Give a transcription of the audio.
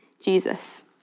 Jesus